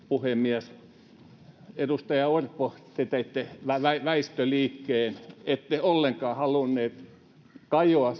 puhemies edustaja orpo te teitte väistöliikkeen ette ollenkaan halunnut kajota